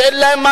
אין להם,